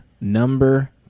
number